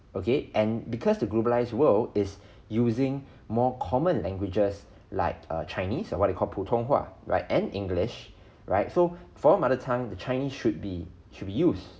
okay and because the globalize world is using more common languages like uh chinese or what you call 普通话 right and english right so for mother tongue the chinese should be should be used